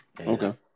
Okay